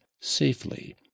safely